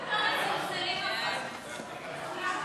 ההצעה להעביר את